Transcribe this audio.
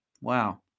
Wow